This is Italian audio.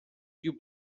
più